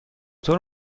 طور